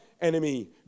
enemy